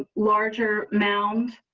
larger mound.